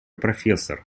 профессор